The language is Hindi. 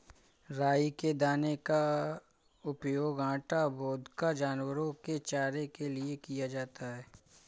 राई के दाने का उपयोग आटा, वोदका, जानवरों के चारे के लिए किया जाता है